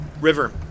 River